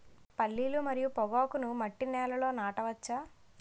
పల్లీలు మరియు పొగాకును మట్టి నేలల్లో నాట వచ్చా?